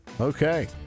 Okay